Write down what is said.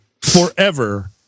forever